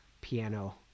piano